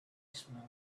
smell